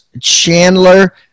Chandler